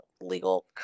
legal